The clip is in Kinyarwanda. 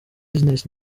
business